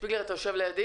הצעת החוק שאני הגשתי,